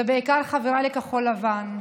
ובעיקר חבריי בכחול לבן,